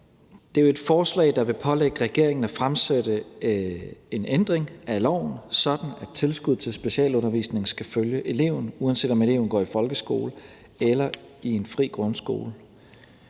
Det er jo et forslag, der vil pålægge regeringen at fremsætte en ændring af loven, sådan at tilskud til specialundervisning skal følge eleven, uanset om eleven går i folkeskole eller i en fri grundskole.